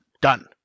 done